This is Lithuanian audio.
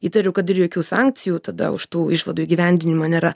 įtariu kad ir jokių sankcijų tada už tų išvadų įgyvendinimą nėra